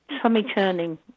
tummy-turning